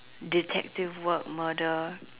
detective work murder